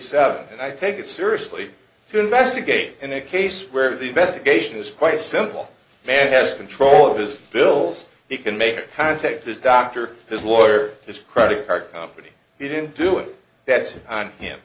seven i take it seriously who investigate in a case where the investigation is quite simple man has control of his bills he can make contact his doctor his lawyer his credit card company he didn't do it that's on him